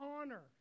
honor